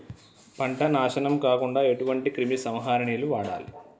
పంట నాశనం కాకుండా ఎటువంటి క్రిమి సంహారిణిలు వాడాలి?